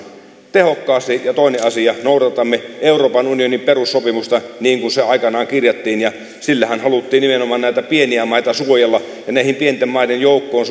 tehokkaasti ja toinen asia on se että noudatamme euroopan unionin perussopimusta niin kuin se aikanaan kirjattiin sillähän haluttiin nimenomaan pieniä maita suojella ja näiden pienten maiden joukkoon